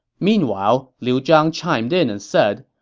meanwhile, liu zhang chimed in and said,